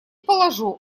положу